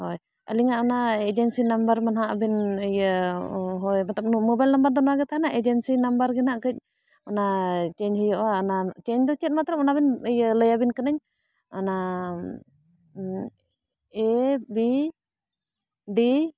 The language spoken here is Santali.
ᱦᱳᱭ ᱟᱹᱞᱤᱧᱟᱜ ᱚᱱᱟ ᱮᱡᱮᱱᱥᱤ ᱱᱟᱢᱵᱟᱨ ᱢᱟ ᱦᱟᱸᱜ ᱵᱤᱱ ᱤᱭᱟᱹ ᱦᱚᱭ ᱢᱚᱛᱞᱚᱵ ᱢᱳᱵᱟᱭᱤᱞ ᱱᱟᱢᱵᱟᱨ ᱫᱚ ᱱᱚᱣᱟ ᱜᱮ ᱛᱟᱦᱮᱱᱟ ᱮᱡᱮᱱᱥᱤ ᱱᱟᱢᱵᱟᱨ ᱜᱮ ᱱᱟᱜ ᱠᱟᱹᱡ ᱚᱱᱟ ᱪᱮᱧᱡᱽ ᱦᱩᱭᱩᱜᱼᱟ ᱚᱱᱟ ᱪᱮᱧᱡᱽ ᱫᱚ ᱪᱮᱫ ᱢᱟᱛᱨᱚᱢ ᱚᱱᱟ ᱵᱤᱱ ᱤᱭᱟᱹ ᱞᱟᱹᱭᱟᱵᱮᱱ ᱠᱟᱱᱟᱹᱧ ᱚᱱᱟ ᱮ ᱵᱤ ᱰᱤ